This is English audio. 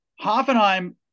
Hoffenheim